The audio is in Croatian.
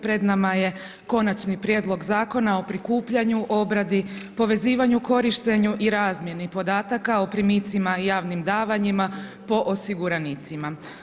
Pred nama je Konačni prijedlog zakona o prikupljanju, obradi, povezivanju, korištenju i razmjeni podataka o primitcima, javnim davanjima po osiguranicima.